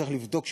צריך לבדוק.